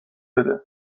بده